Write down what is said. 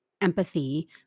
empathy